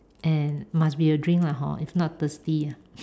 and must be a drink lah hor if not thirsty ah